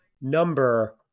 number